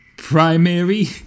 primary